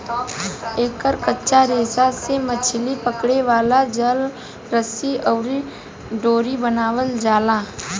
एकर कच्चा रेशा से मछली पकड़े वाला जाल, रस्सी अउरी डोरी बनावल जाला